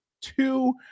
two